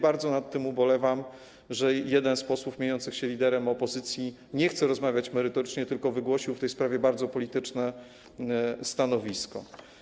Bardzo ubolewam nad tym, że jeden z posłów mieniących się liderem opozycji nie chce rozmawiać merytorycznie, tylko wygłosił w tej sprawie bardzo polityczne stanowisko.